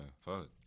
Fuck